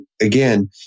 again